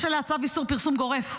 יש עליה צו איסור פרסום גורף,